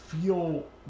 feel